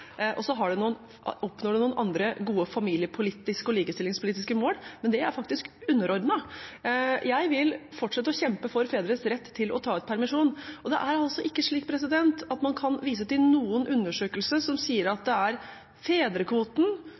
og så oppnår man noen andre gode familiepolitiske og likestillingspolitiske mål, men det er faktisk underordnet. Jeg vil fortsette å kjempe for fedres rett til å ta ut permisjon. Det er ikke slik at man kan vise til noen undersøkelser som sier at det er fedrekvoten